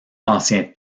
ancien